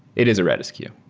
it is a redis queue.